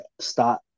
start